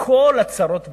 מכל הצרות בעולם,